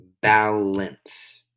balance